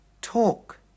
Talk